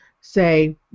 say